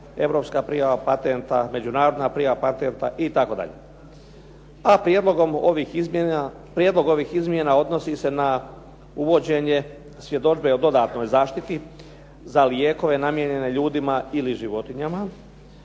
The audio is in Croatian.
europska prijava patenta, međunarodna prijava patenta itd.. A prijedlogom ovih izmjena, prijedlog ovih izmjena odnosi se na uvođenje svjedodžbe o dodatnoj zaštiti za lijekove namijenjene ljudima ili životinjama,